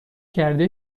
کرده